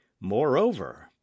moreover